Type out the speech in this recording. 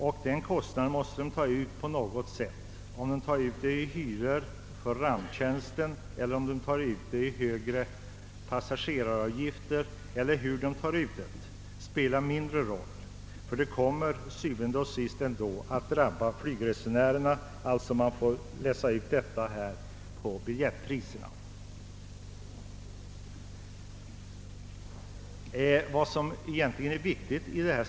Om den tages ut i form av hyra för ramptjänsten, i form av högre passageraravgifter eller på annat sätt spelar mindre roll, ty kostnaden drabbar ändå till syvende og sidst resenärerna genom höjda biljettpriser.